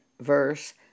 verse